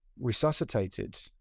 resuscitated